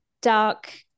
dark